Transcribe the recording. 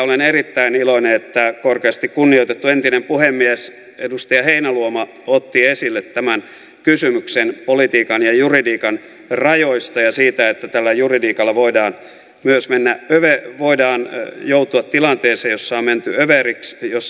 olen erittäin iloinen että korkeasti kunnioitettu entinen puhemies edustaja heinäluoma otti esille tämän kysymyksen politiikan ja juridiikan rajoista ja siitä että tällä juridiikalla voidaan joutua tilanteeseensa mentyä väärin jos